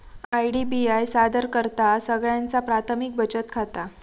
IDBI सादर करतहा सगळ्यांचा प्राथमिक बचत खाता